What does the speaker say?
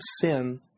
sin